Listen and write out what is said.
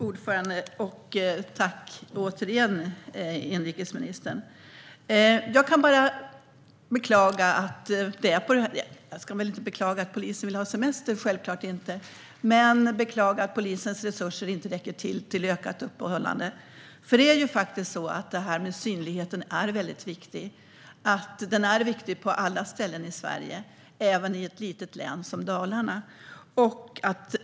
Fru talman! Jag tackar återigen inrikesministern. Jag kan bara beklaga att det är på det här sättet. Jag ska självklart inte beklaga att poliserna vill ha semester, men jag beklagar att polisens resurser inte räcker till för ökat öppethållande. Synligheten är väldigt viktig på alla ställen i Sverige, även i ett litet län som Dalarna.